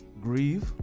grieve